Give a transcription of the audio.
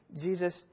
Jesus